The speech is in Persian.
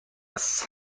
است